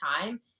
time